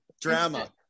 drama